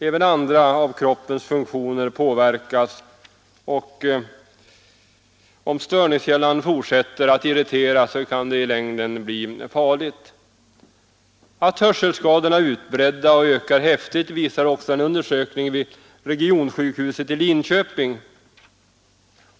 Även andra av kroppens funktioner påverkas, och om störningskällan fortsätter att irritera så kan det i längden bli farligt. Att hörselskadorna är utbredda och ökar häftigt visade också en undersökning vid regionsjukhuset i Linköping.